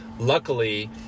Luckily